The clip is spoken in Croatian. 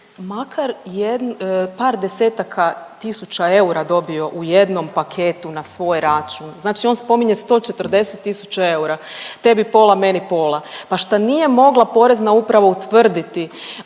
makar par desetaka tisuća eura dobio u jednom paketu na svoj račun. Znači on spominje 140 000 eura, tebi pola, meni pola. Pa šta nije mogla Porezna uprava utvrditi